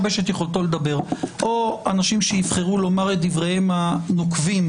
או אנשים שיבחרו לומר את דבריהם הנוקבים